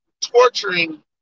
torturing